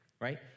right